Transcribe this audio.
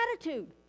attitude